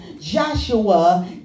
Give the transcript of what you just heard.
Joshua